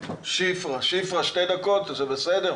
בתום הקבוצה הזאת שני אנשי המקצוע מדרגים כל אחד מן המשתתפים על הצירים